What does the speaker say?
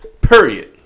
Period